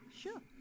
sure